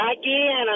Again